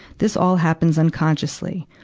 this all happens unconsciously.